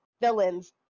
villains